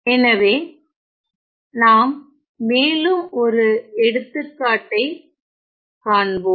எனவே நாம் மேலும் ஒரு எடுத்துக்காட்டை காண்போம்